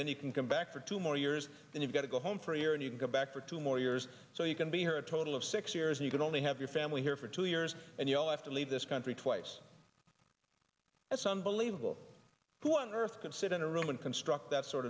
then you can come back for two more years then you've got to go home for a year and you can go back for two more years so you can be her a total of six years you can only have your family here for two years and you'll have to leave this country twice that's unbelievable who on earth can sit in a room and construct that sort